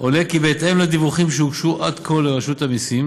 עולה כי בהתאם לדיווחים שהוגשו עד כה לרשות המסים,